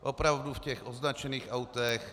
Opravdu v těch označených autech.